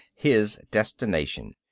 his destination.